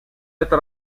эта